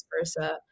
versa